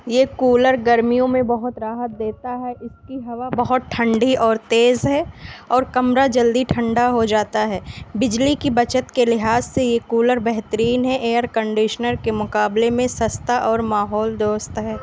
یہ کولر گرمیوں میں بہت راحت دیتا ہے اس کی ہوا بہت ٹھنڈی اور تیز ہے اور کمرہ جلدی ٹھنڈا ہو جاتا ہے بجلی کی بچت کے لحاظ سے یہ کولر بہترین ہے ایئر کنڈیشنر کے مقابلے میں سستا اور ماحول دوست ہے